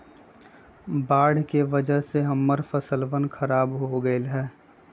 बाढ़ के वजह से हम्मर फसलवन खराब हो गई लय